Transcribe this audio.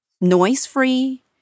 noise-free